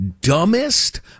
dumbest